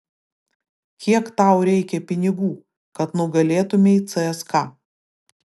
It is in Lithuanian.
kiek tau reikia pinigų kad nugalėtumei cska